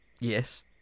Yes